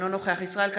אינו נוכח ישראל כץ,